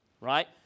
right